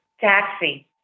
taxi